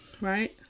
right